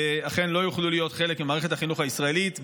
אכן לא יוכלו להיות חלק ממערכת החינוך הישראלית,